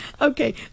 Okay